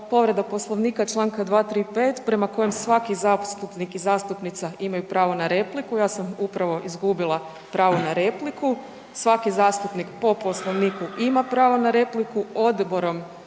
povreda Poslovnika čl. 235. prema kojem svaki zastupnik i zastupnica imaju pravo na repliku, ja sam upravo izgubila pravo na repliku. Svaki zastupnik po Poslovniku ima pravo na repliku,